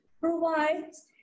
provides